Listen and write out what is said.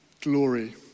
glory